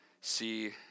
see